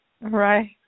Right